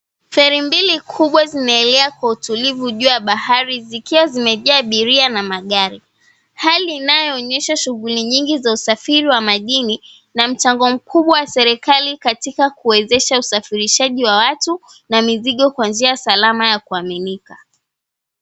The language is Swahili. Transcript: Feri mbili kubwa zinaelea kwa utulivu juu ya bahari zikiwa zimejaa abiria na magari. Hali inayoonyesha shughuli nyingi za usafiri wa majini na mchango mkubwa wa serikali katika kuwezesha usafirishaji wa watu na mizigo kwa njia salama ya kuaminika.